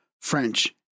French